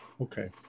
Okay